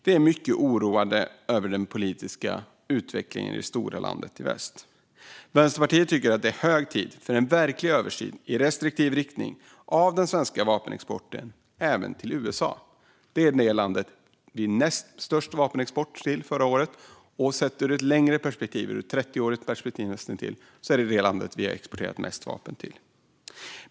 Vi är mycket oroade över den politiska utvecklingen i det stora landet i väst. Vänsterpartiet tycker att det är hög tid för en verklig översyn, i restriktiv riktning, av den svenska vapenexporten till USA. Det är det land som vi förra året exporterade näst mest vapen till. Om vi ser det ur ett längre perspektiv, ett näst intill 30-årigt perspektiv, är USA det land som vi har exporterat mest vapen till.